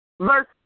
Verse